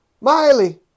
Miley